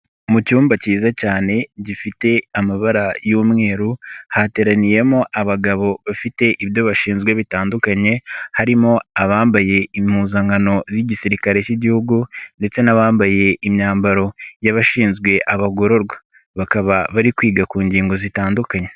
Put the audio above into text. Mu cyumba kiza cyane gifite amabara y'umweru. Hateraniyemo abagabo bafite ibyo bashinzwe bitandukanye. Harimo abambaye impuzankano z'igisirikare k'igihugu ndetse n'abambaye imyambaro y'abashinzwe abagororwa. Bakaba bari kwiga ku ngingo zitandukanye.